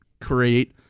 create